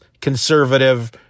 conservative